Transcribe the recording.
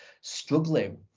struggling